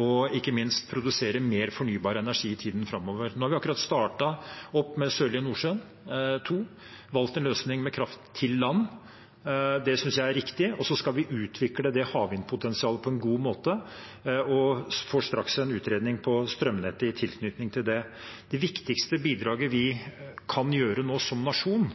og ikke minst produsere mer fornybar energi i tiden framover. Nå har vi akkurat startet opp med Sørlige Nordsjø II og valgt en løsning med kraft til land. Det synes jeg er riktig, og så skal vi utvikle det havvindpotensialet på en god måte. Vi får straks en utredning om strømnettet i tilknytning til det. Det viktigste bidraget vi kan gjøre nå som nasjon